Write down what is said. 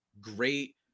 great